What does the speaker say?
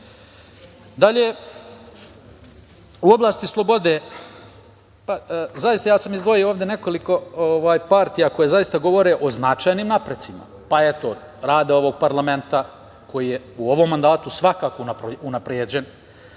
itd. Dalje, u oblasti slobode, zaista izdvojio sam ovde nekoliko partija koje zaista govore o značajnim naprecima rada ovog parlamenta koji je u ovom mandatu svakako unapređen,